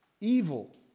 evil